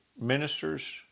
ministers